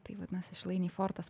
tai vadinasi šilainiai fortas